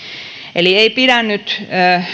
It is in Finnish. ei pidä nyt